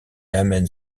amène